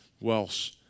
Welsh